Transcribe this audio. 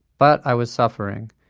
but i was suffering.